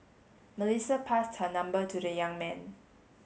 Melissa passed her number to the young man